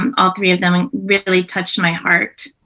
um all three of them and really touched my heart.